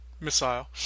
missile